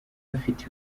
afite